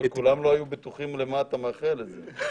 כולם לא היו בטוחים למה אתה מאחל את זה.